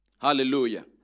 Hallelujah